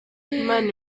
imana